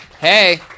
Hey